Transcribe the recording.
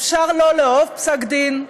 אפשר לא לאהוב פסק-דין,